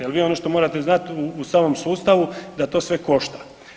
Jer vi ono što morate znati u samom sustavu da to sve košta.